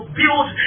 build